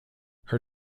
her